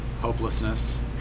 hopelessness